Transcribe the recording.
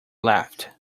left